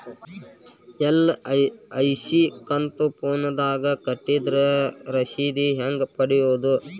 LIC ಕಂತು ಫೋನದಾಗ ಕಟ್ಟಿದ್ರ ರಶೇದಿ ಹೆಂಗ್ ಪಡೆಯೋದು?